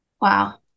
wow